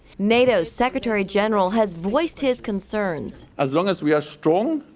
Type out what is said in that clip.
nato secretary-general has voiced his concern. as long as we are strong,